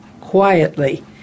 quietly